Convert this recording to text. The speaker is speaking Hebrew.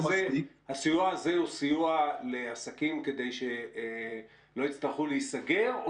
הסיוע הזה הוא לעסקים כדי שלא יצטרכו להיסגר או